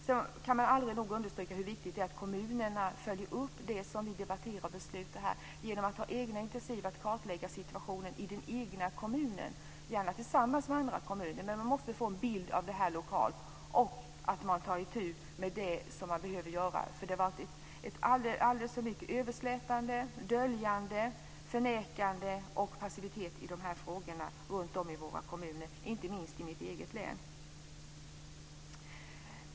Sedan kan man aldrig nog understryka hur viktigt det är att kommunerna följer upp det som vi debatterar och beslutar här genom att ta egna initiativ till att kartlägga situationen i den egna kommunen, gärna tillsammans med andra kommuner. Men man måste få en bild av detta lokalt och ta itu med det som man behöver göra. Det har nämligen varit alldeles för mycket överslätande, döljande, förnekande och passivitet i dessa frågor runtom i våra kommuner, inte minst i mitt eget län.